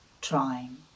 trying